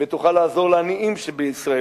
תוכל לעזור לעניים בישראל,